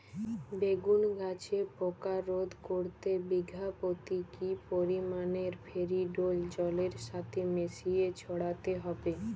বেগুন গাছে পোকা রোধ করতে বিঘা পতি কি পরিমাণে ফেরিডোল জলের সাথে মিশিয়ে ছড়াতে হবে?